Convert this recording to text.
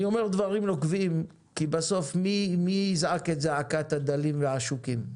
אני אומר דברים נוקבים כי בסוף מי יזעק את זעקת הדלים והעשוקים?